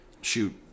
shoot